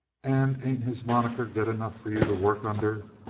and ain't his moniker good enough for you to work under?